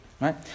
right